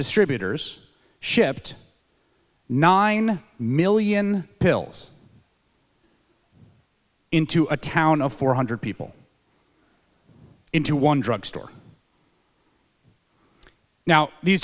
distributors shipped nine million pills into a town of four hundred people into one drugstore now these